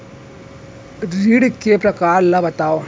ऋण के परकार ल बतावव?